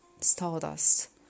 Stardust